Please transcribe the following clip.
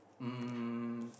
mm